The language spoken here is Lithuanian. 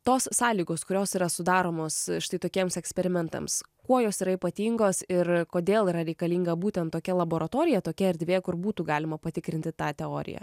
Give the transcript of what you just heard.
tos sąlygos kurios yra sudaromos štai tokiems eksperimentams kuo jos yra ypatingos ir kodėl yra reikalinga būtent tokia laboratorija tokia erdvė kur būtų galima patikrinti tą teoriją